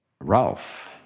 Ralph